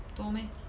多 meh